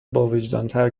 باوجدانتر